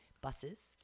buses